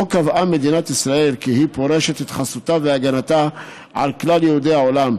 שבו קבעה מדינת ישראל כי היא פורסת את חסותה והגנתה על כלל יהודי העולם,